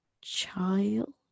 child